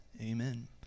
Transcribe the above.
Amen